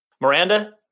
Miranda